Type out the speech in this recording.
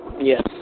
Yes